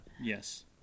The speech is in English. Yes